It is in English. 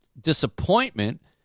disappointment